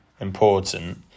important